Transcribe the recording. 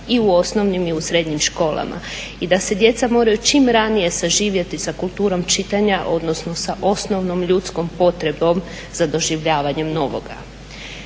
i u osnovnim i u srednjim školama. I da se djeca moraju čim ranije saživjeti sa kulturom čitanja, odnosno sa osnovnom ljudskom potrebom za doživljavanjem novoga.